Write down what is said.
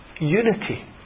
unity